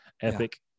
epic